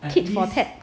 tic for tac